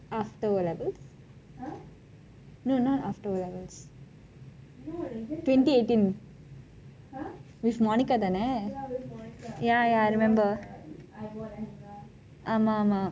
afterwards I think no not afterwards twenty eighteen with monica தானே:thaanei ya ya I remember ஆமா ஆமா:aamaa aamaa